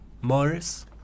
Morris